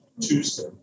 Tuesday